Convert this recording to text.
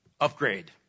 upgrade